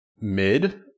mid